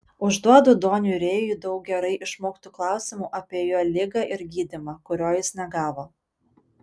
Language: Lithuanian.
užduodu doniui rėjui daug gerai išmoktų klausimų apie jo ligą ir gydymą kurio jis negavo